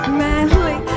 manly